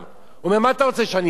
הוא אומר, מה אתה רוצה, שאני אירה בהם?